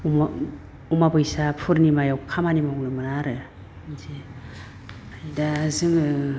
अमा अमाबैसा फुर्णिमायाव खामानि मावनो मोना आरो बिदि दा जोङो